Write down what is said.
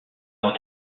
dans